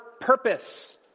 purpose